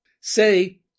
say